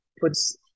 puts